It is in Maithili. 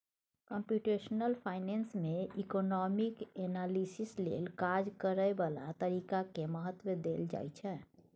कंप्यूटेशनल फाइनेंस में इकोनामिक एनालिसिस लेल काज करए बला तरीका के महत्व देल जाइ छइ